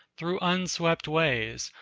through unswept ways,